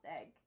egg